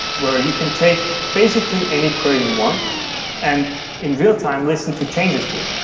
where you can take basically any query you want and in real-time listen to changes to it.